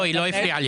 היא לא הפריעה לי.